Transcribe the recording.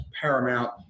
paramount